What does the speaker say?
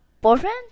boyfriend